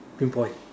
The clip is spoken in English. pinpoint